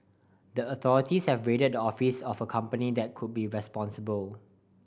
the authorities have raided the offices of a company that could be responsible